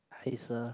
I hate sir